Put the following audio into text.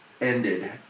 ended